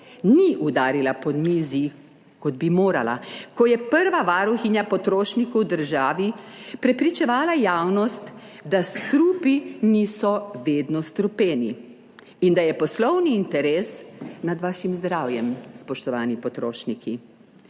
Ni udarila po mizi, kot bi morala, ko je prva varuhinja potrošnikov v državi prepričevala javnost, da strupi niso vedno strupeni in da je poslovni interes nad vašim zdravjem, spoštovani potrošniki.